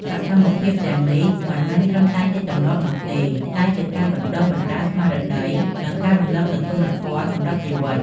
សកម្មភាពទាំងនេះមិនមែនត្រឹមតែជាទម្លាប់នោះទេ តែជាការបណ្ដុះបណ្ដាលស្មារតី និងការរំលឹកនូវគុណធម៌សម្រាប់ជីវិត។